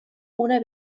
una